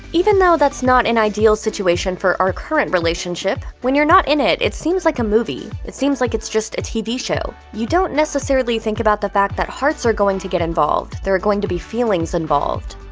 even though that's not an ideal situation for our current relationship, when you're not in it, it seems like a movie. it seems like it's just a tv show. you don't necessarily think about the fact that hearts are going to get involved, there are going to be feelings involved.